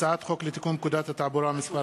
הצעת חוק לתיקון פקודת התעבורה (מס'